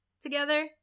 Together